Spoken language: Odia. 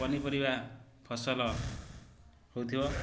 ପନିପରିବା ଫସଲ ହେଉଥିବ